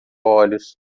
olhos